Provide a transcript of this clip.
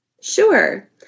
Sure